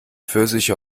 pfirsiche